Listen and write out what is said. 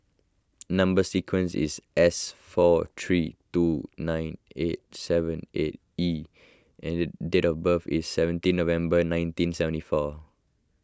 Number Sequence is S four three two nine eight seven six E and date of birth is seventeen November nineteen seventy four